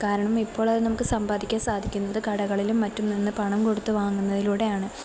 കാരണം ഇപ്പോഴത് നമുക്ക് സമ്പാദിക്കാന് സാധിക്കുന്നത് കടകളിലും മറ്റും നിന്ന് പണം കൊടുത്ത് വാങ്ങുന്നതിലൂടെയാണ്